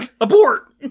Abort